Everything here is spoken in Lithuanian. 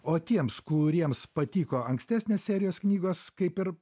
o tiems kuriems patiko ankstesnės serijos knygos kaip ir